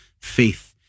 faith